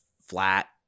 flat